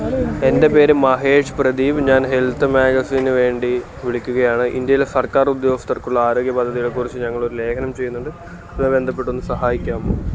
എൻ്റെ പേര് മഹേഷ് പ്രതീപ് ഞാൻ ഹെൽത്ത് മാഗസിനിന് വേണ്ടി വിളിക്കുകയാണ് ഇന്ത്യയിലെ സർക്കാർ ഉദ്യോഗസ്ഥർക്കുള്ള ആരോഗ്യ പദ്ധതികളെ കുറിച്ച് ഞങ്ങൾ ഒരു ലേഖനം ചെയ്യുന്നുണ്ട് അതുമായി ബന്ധപ്പെട്ടൊന്ന് സഹായിക്കാമോ